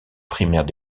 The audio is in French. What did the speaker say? primaires